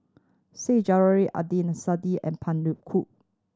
Said Zahari Adnan Saidi and Pan Cheng Lui